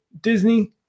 Disney